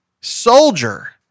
soldier